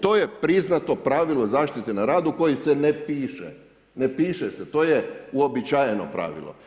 To je priznato pravilo zaštite na radu kojim se ne piše, ne piše se to je uobičajeno pravilo.